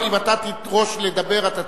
אם אתה תדרוש לדבר, אתה תדבר.